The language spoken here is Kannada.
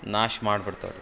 ನಾಶ ಮಾಡಿ ಬಿಡ್ತಾವೆ ರೀ